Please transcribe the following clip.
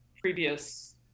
previous